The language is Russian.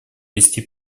вести